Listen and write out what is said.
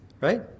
right